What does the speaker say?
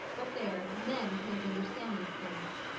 but there men can't understand these things!